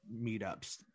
meetups